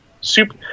super